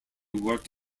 worked